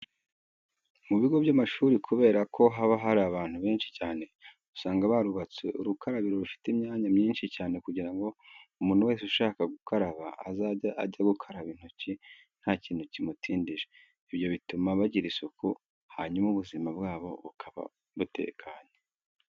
Mu bigo by'amashuri kubera ko haba hari abantu benshi cyane, usanga barubatse urukarabiro rufite imyanya myinshi cyane kugira ngo umuntu wese ushaka gukaraba azajye ajya gukara intoki nta kintu kimutindije. Ibyo bituma bagira isuku, hanyuma ubuzima bwabo bukaba butekanye.